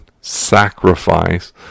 sacrifice